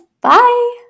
bye